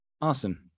Awesome